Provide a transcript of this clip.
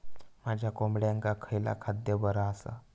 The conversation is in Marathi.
माझ्या कोंबड्यांका खयला खाद्य बरा आसा?